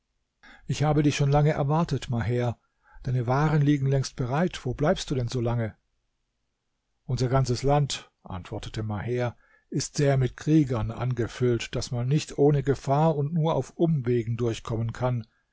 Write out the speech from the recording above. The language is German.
ich habe dich schon lange erwartet maher deine waren liegen längst bereit wo bleibst du denn so lange unser ganzes land antwortete maher ist sehr mit kriegern angefüllt daß man nicht ohne gefahr und nur auf umwegen durchkommen kann